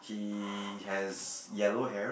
he has yellow hair